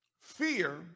Fear